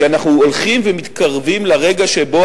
כי אנחנו הולכים ומתקרבים לרגע שבו